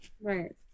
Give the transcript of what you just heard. Right